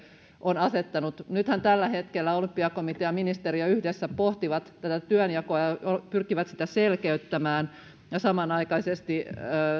on asettanut nythän tällä hetkellä olympiakomitea ja ministeriö yhdessä pohtivat tätä työnjakoa ja pyrkivät sitä selkeyttämään samanaikaisesti